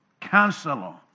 counselor